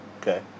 Okay